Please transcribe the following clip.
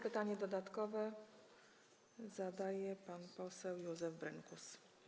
Pytanie dodatkowe zadaje pan poseł Józef Brynkus.